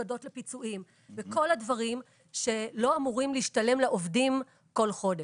הפקדות לפיצויים וכל הדברים שלא אמורים להשתלם לעובדים כל חודש,